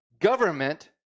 government